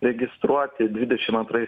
registruoti dvidešimt antrais